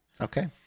Okay